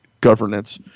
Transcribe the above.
governance